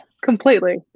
Completely